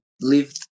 live